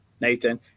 Nathan